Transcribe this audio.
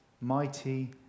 mighty